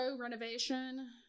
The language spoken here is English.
renovation